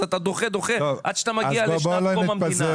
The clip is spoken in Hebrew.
אתה דוחה עד שמגיע לשנת קום המדינה.